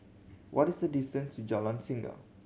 what is the distance to Jalan Singa